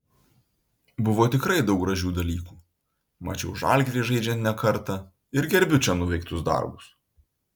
buvo tikrai daug gražių dalykų mačiau žalgirį žaidžiant ne kartą ir gerbiu čia nuveiktus darbus